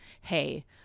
hey